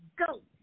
goat